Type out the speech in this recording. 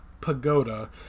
Pagoda